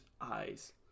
eyes